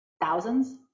Thousands